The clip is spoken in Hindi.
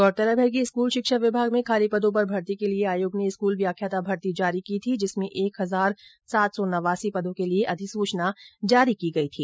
गौरतलब है कि स्कूल शिक्षा विभाग में खाली पदों पर भर्ती के लिए आयोग ने स्कूल व्याख्याता भर्ती जारी की थी जिसमें एक हजार सात सौ नवासी पदों के लिए अधिसूचना जारी की थी